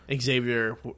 Xavier